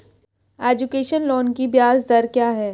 Education loan की ब्याज दर क्या है?